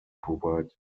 provide